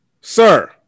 Sir